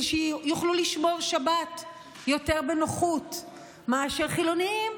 שיוכלו לשמור שבת יותר בנוחות מאשר חילונים,